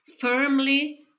firmly